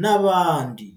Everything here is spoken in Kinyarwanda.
n'abandi.